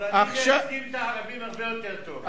השמאלנים מייצגים את הערבים הרבה יותר טוב.